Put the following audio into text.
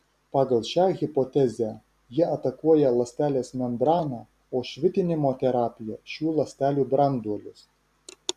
pagal šią hipotezę jie atakuoja ląstelės membraną o švitinimo terapija šių ląstelių branduolius